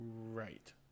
Right